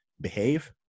behave